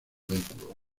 vehículo